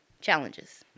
challenges